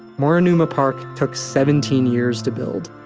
moerenuma park took seventeen years to build.